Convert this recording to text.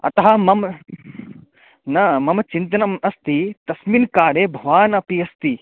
अतः मम् न मम चिन्तनम् अस्ति तस्मिन् काले भवान् अपि अस्ति